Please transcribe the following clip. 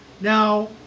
Now